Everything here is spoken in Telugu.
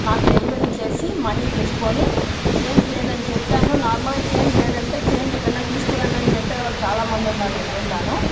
నాకు డెలివరీ చేసి మనీ తీసుకోని చేంజ్ లేదని చెప్పాను నార్మల్గా చేంజ్ లేదు అంటే చేంజ్ ఎక్కడన్నా తీసుకోని రండి అని చెప్పేవాళ్ళు చాలా మందిని నేను వినుండాను